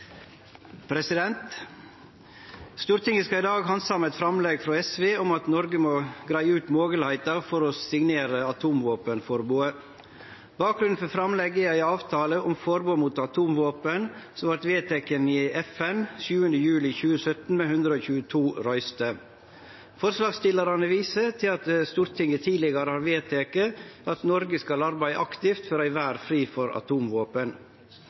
Stortinget skal i dag handsame eit framlegg frå SV om at Noreg må greie ut moglegheita for å signere atomvåpenforbodet. Bakgrunnen for framlegget er ein avtale om forbod mot atomvåpen som vart vedteken i FN 7. juli 2017 med 122 røyster. Forslagsstillarane viser til at Stortinget tidlegare har vedteke at Noreg skal arbeide aktivt for ei verd fri for atomvåpen.